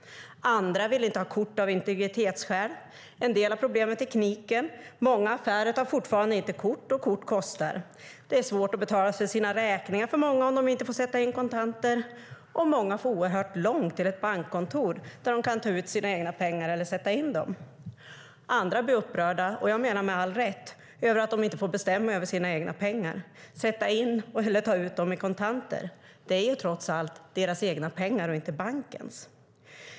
Andra vill inte ha kort av integritetsskäl. En del har problem med tekniken. Många affärer tar fortfarande inte kort, och kort kostar. Det är svårt att betala räkningar för många om de inte får sätta in kontanter, och många får oerhört långt till ett bankkontor där de kan ta ut sina egna pengar eller sätta in dem. Andra blir upprörda, med all rätt menar jag, över att de inte får bestämma över sina egna pengar och sätta in eller ta ut dem i kontanter. Det är ju trots allt deras egna pengar och inte bankens.